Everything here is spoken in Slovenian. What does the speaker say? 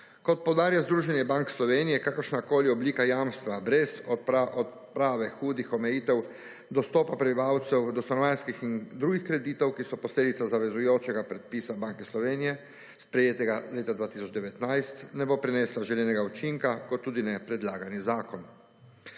Kot poudarja Združenje bank Slovenije, je kakršna koli oblika jamstva brez odprave hudih omejitev dostopa prebivalcev do stanovanjskih in drugih kreditov, ki so posledica zavezujočega predpisa Banke Slovenije, sprejetega leta 2019, ne bo prenesla želenega učinka, kot tudi ne predlagani zakon.